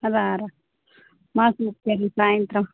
అదార మాకు వచ్చేది సాయంత్రం